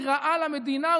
היא רעה למדינה,